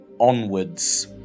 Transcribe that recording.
onwards